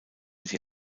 sie